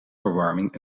verwarming